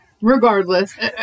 Regardless